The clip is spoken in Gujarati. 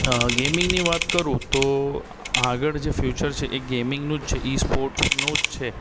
ગેમિંગની વાત કરું તો આગળ જે ફ્યુચર છે એ ગેમિંગનું જ છે ઈ સ્પોર્ટ્સનું જ છે